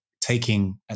taking